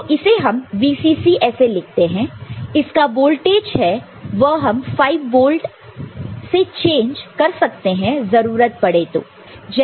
तो इसे हम VCC ऐसे लिखते हैं तो इसका जो वोल्टेज है वह हम 5 वोल्ट से चेंज कर सकते हैं जरूरत पड़े तो